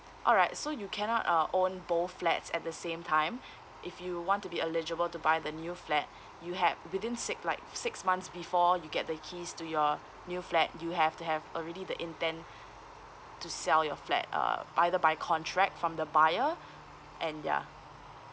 alright so you cannot uh own both flats at the same time if you want to be eligible to buy the new flat you have within si~ like six months before you get the keys to your new flat you have to have already the intent to sell your flat uh either by contract from the buyer and ya